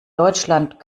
deutschland